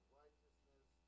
righteousness